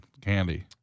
candy